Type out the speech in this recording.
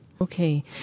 Okay